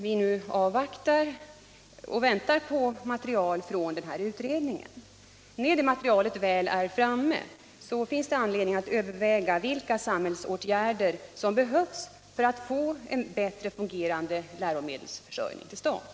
Vi väntar nu med stort intresse på material från utredningen, och när det materialet föreligger finns det anledning överväga vilka samhällsåtgärder som behöver vidtas för att få en bättre fungerande läromedelsförsörjning till stånd.